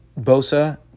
Bosa